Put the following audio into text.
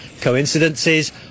coincidences